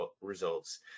results